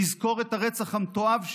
נזכור את הרצח המתועב,